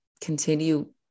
continue